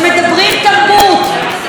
אבל לא מוכנים לממן את התרבות,